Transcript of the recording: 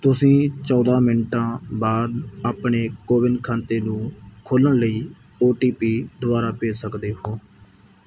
ਤੁਸੀਂ ਚੌਦਾਂ ਮਿੰਟਾਂ ਬਾਅਦ ਆਪਣੇ ਕੋਵਿਨ ਖਾਤੇ ਨੂੰ ਖੋਲ੍ਹਣ ਲਈ ਓ ਟੀ ਪੀ ਦੁਬਾਰਾ ਭੇਜ ਸਕਦੇ ਹੋ